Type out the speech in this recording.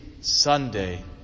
Sunday